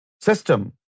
system